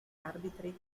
arbitri